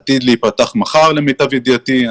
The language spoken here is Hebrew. עתידה להיפתח מחר למיטב ידיעתי.